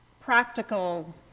practical